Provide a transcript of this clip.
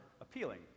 appealing